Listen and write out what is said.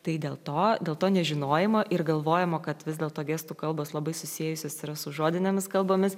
tai dėl to dėl to nežinojimo ir galvojimo kad vis dėlto gestų kalbos labai susiejusios yra su žodinėmis kalbomis